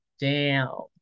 down